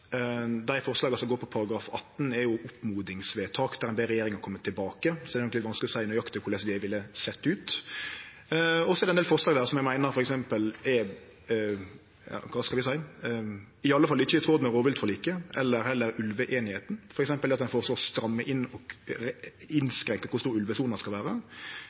Dei forslaga som går på § 18, er oppmodingsvedtak, der ein ber regjeringa kome tilbake, så det er eigentleg vanskeleg å seie nøyaktig korleis det ville sett ut. Og så er det ein del forslag som eg meiner er – kva skal ein seie – iallfall ikkje i tråd med rovviltforliket eller heller ulveeinigheita, f.eks. det at ein føreslår å stramme inn og innskrenke kor stor ulvesona skal vere.